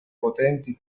potenti